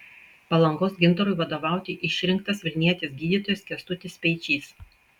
palangos gintarui vadovauti išrinktas vilnietis gydytojas kęstutis speičys